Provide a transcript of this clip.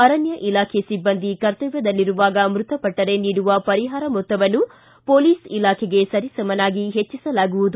ಅರಣ್ಯ ಇಲಾಖೆ ಸಿಬ್ಬಂದಿ ಕರ್ತವ್ಯದಲ್ಲಿರುವಾಗ ಮೃತಪಟ್ಟರೆ ನೀಡುವ ಪರಿಹಾರ ಮೊತ್ತವನ್ನು ಪೊಲೀಸ್ ಇಲಾಖೆಗೆ ಸರಿ ಸಮನಾಗಿ ಹೆಚ್ಚಿಸಲಾಗುವುದು